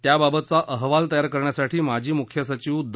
त्याबाबतचा अहवाल तयार करण्यासाठी माजी मुख्य सचिव द